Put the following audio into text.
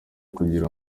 kugira